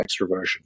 extroversion